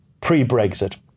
pre-Brexit